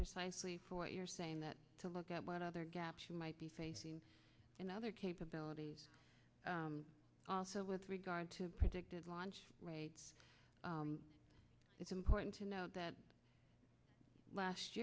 precisely for what you're saying that to look at what other gaps you might be facing in other capabilities also with regard to predicted launch raids it's important to know that last